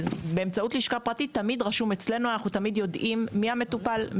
באמצעות לשכה פרטית תמיד רשום אצלנו; אנחנו תמיד יודעים מי המטופל,